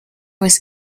was